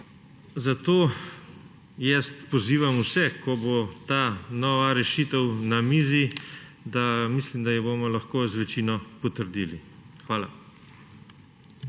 Zato pozivam vse, ko bo ta nova rešitev na mizi, mislim, da jo bomo lahko z večino potrdili. Hvala.